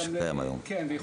היום.